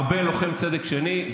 ארבל לוחם צדק שני,